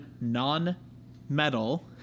non-metal